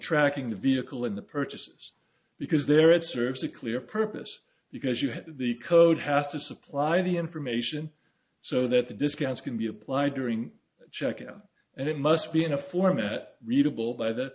tracking the vehicle in the purchases because there it serves a clear purpose because you have the code has to supply the information so that the discounts can be applied during check out and it must be in a format